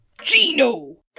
Gino